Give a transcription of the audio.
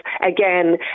again